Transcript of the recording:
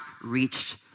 reached